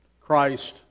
Christ